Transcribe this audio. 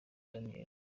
daniels